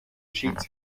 cheats